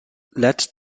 led